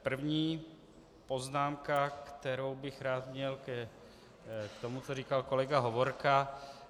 První poznámka, kterou bych rád měl, je k tomu, co říkal pan kolega Hovorka.